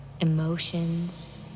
emotions